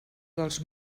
dels